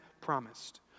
promised